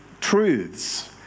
truths